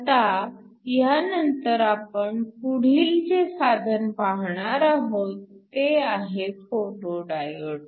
आता ह्यानंतर आपण पुढील जे साधन पाहणार आहोत ते आहे फोटो डायोड